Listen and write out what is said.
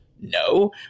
No